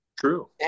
true